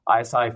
ISI